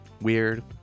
weird